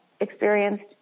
experienced